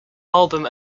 album